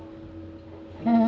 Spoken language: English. mm